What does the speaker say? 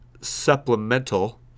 supplemental